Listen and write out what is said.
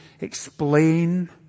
explain